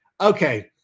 okay